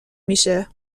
میشه